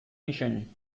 mission